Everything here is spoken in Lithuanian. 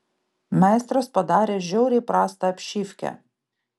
meistras padarė žiauriai prastą apšyvkę